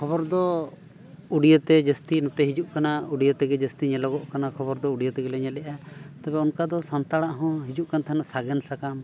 ᱠᱷᱚᱵᱚᱨ ᱫᱚ ᱩᱰᱤᱭᱟᱹᱛᱮ ᱡᱟᱹᱥᱛᱤ ᱱᱚᱛᱮ ᱦᱤᱡᱩᱜ ᱠᱟᱱᱟ ᱩᱰᱤᱭᱟᱹ ᱛᱮᱜᱮ ᱡᱟᱹᱥᱛᱤ ᱧᱮᱞᱚᱜᱚ ᱠᱟᱱᱟ ᱠᱷᱚᱵᱚᱨ ᱫᱚ ᱩᱰᱤᱭᱟᱹ ᱛᱮᱜᱮ ᱞᱮ ᱧᱮᱞᱮᱫᱟ ᱛᱚᱵᱮ ᱚᱱᱠᱟ ᱫᱚ ᱥᱟᱱᱛᱟᱲᱟᱜ ᱦᱚᱸ ᱦᱤᱡᱩᱜ ᱠᱟᱱ ᱛᱟᱦᱮᱱᱟ ᱥᱟᱜᱮᱱ ᱥᱟᱠᱟᱢ